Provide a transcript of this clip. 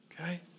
okay